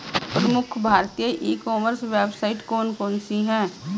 प्रमुख भारतीय e commerce website कौन कौन सी हैं?